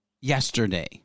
yesterday